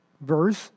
verse